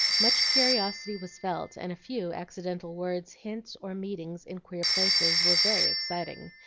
much curiosity was felt, and a few accidental words, hints, or meetings in queer places, were very exciting,